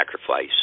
sacrifice